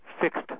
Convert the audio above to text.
fixed